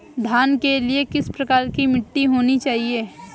धान के लिए किस प्रकार की मिट्टी होनी चाहिए?